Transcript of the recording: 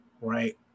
right